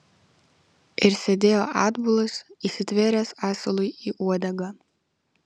ir sėdėjo atbulas įsitvėręs asilui į uodegą